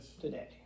today